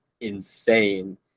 insane